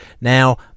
Now